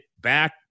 back